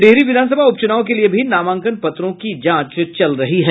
डिहरी विधानसभा उपच्रनाव के लिए भी नामांकन पत्रों की जांच चल रही है